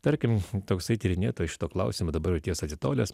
tarkim toksai tyrinėtojas šituo klausimu dabar jau tiesa atitolęs